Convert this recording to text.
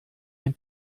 ein